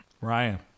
Ryan